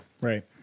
Right